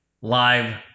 live